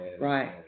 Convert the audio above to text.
right